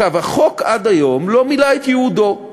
החוק עד היום לא מילא את ייעודו,